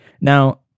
Now